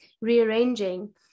rearranging